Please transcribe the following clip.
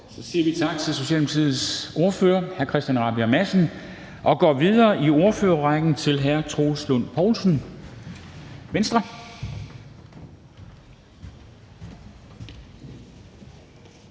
Så siger vi tak til Socialdemokratiets ordfører, hr. Christian Rabjerg Madsen, og går videre i ordførerrækken til hr. Troels Lund Poulsen, Venstre.